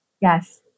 yes